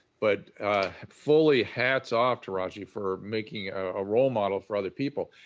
but fully hats off, taraji, for making a role model for other people.